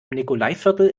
nikolaiviertel